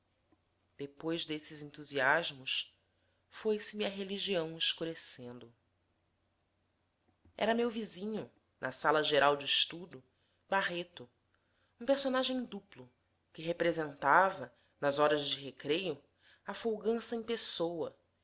depois desses entusiasmos foi-se-me a religião escurecendo era meu vizinho na sala geral do estudo barreto um personagem duplo que representava nas horas de recreio a folgança em pessoa